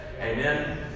Amen